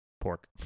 pork